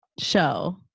show